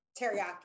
teriyaki